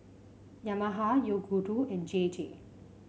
Yamaha Yoguru and J J